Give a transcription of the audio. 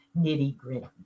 nitty-gritty